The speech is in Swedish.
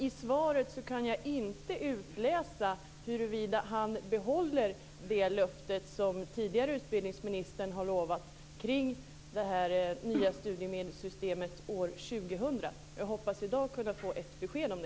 I svaret kan jag inte utläsa om utbildningsministern håller det löfte som den tidigare utbildningsministern har givit kring det nya studiemedelssystemet år 2000. Jag hoppas i dag kunna få ett besked.